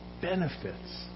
benefits